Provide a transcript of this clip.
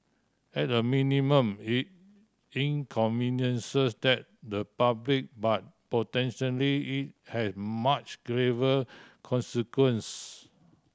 at a minimum it inconveniences that the public but potentially it has much graver consequence